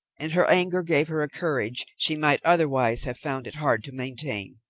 and her anger gave her a courage she might otherwise have found it hard to maintain.